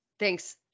Thanks